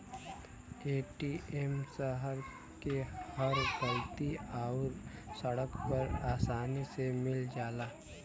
ATM शहर के हर गल्ली आउर सड़क पर आसानी से मिल जाला